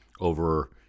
over